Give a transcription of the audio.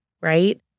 right